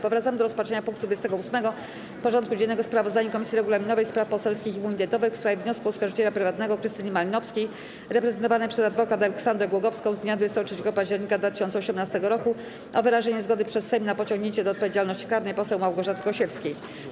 Powracamy do rozpatrzenia punktu 28. porządku dziennego: Sprawozdanie Komisji Regulaminowej, Spraw Poselskich i Immunitetowych w sprawie wniosku oskarżyciela prywatnego Krystyny Malinowskiej reprezentowanej przez adwokat Aleksandrę Głogowską z dnia 23 października 2018 r. o wyrażenie zgody przez Sejm na pociągnięcie do odpowiedzialności karnej poseł Małgorzaty Gosiewskiej.